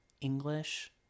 English